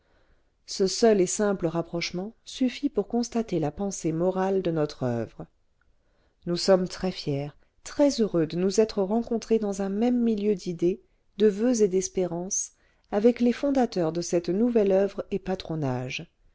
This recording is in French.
ce seul et simple rapprochement suffit pour constater la pensée morale de notre oeuvre nous sommes très fier très-heureux de nous être rencontré dans un même milieu d'idées de voeux et d'espérance avec les fondateurs de cette nouvelle oeuvre et patronage